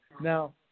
Now